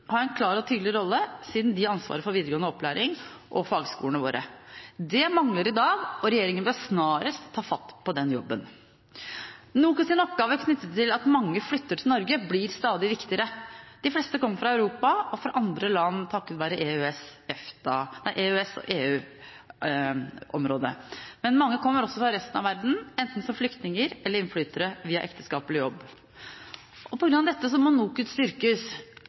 ha en klar og tydelig rolle siden de har ansvaret for videregående opplæring og fagskolene våre. Det mangler i dag, og regjeringen bør snarest ta fatt på den jobben. NOKUTs oppgaver knyttet til at mange flytter til Norge, blir stadig viktigere. De fleste kommer fra Europa, fra andre land i EU/EØS-området. Mange kommer også fra resten av verden, enten som flyktninger eller innflyttere via ekteskap eller jobb. På grunn av dette må NOKUT styrkes,